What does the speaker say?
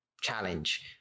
challenge